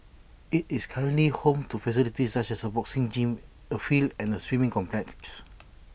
IT is currently home to facilities such as A boxing gym A field and A swimming complete